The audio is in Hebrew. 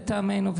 לטעמנו,